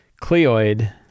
Cleoid